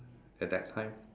at that time